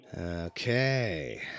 Okay